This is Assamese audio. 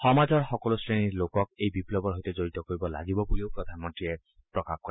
সমাজৰ সকলো শ্ৰেণীৰ লোকক এই বিপ্লৱৰ সৈতে জড়িত কৰিব লাগিব বুলিও প্ৰধানমন্ত্ৰীয়ে প্ৰকাশ কৰে